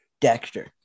Dexter